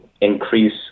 increase